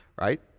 Right